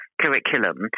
Curriculum